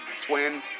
twin